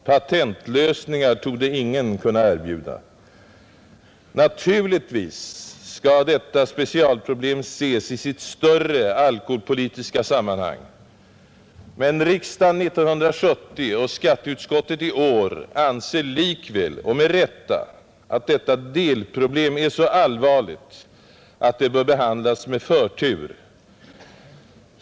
Patentlösningar torde ingen kunna erbjuda. Naturligtvis skall detta specialproblem ses i sitt större alkoholpolitiska sammanhang, men riksdagen 1970 och skatteutskottet i år anser likväl och med rätta att detta delproblem är så allvarligt att det bör behandlas med förtur.